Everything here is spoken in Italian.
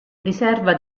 riserva